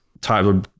Tyler